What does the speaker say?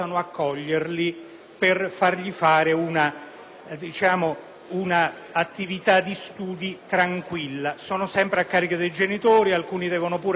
svolgere un'attività di studio tranquilla. Sono sempre a carico dei genitori e alcuni devono anche lavorare. Mi rendo conto che